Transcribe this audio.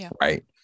right